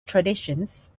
traditions